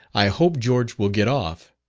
i hope george will get off,